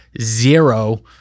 zero